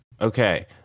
Okay